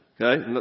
Okay